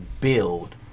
build